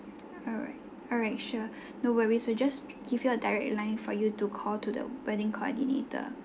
alright alright sure no worries we'll just give you a direct line for you to call to the wedding coordinator